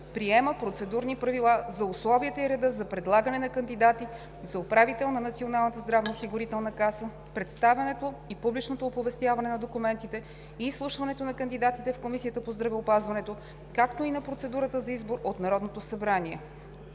Приема процедурни правила за условията и реда за предлагане на кандидати за управител на Националната здравноосигурителна каса, представянето и публичното оповестяване на документите и изслушването на кандидатите в Комисията по здравеопазването, както и на процедурата за избор от Народното събрание: